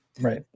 Right